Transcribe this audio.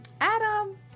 Adam